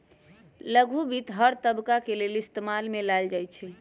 लघु वित्त हर तबका के लेल इस्तेमाल में लाएल जाई छई